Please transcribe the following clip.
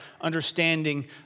understanding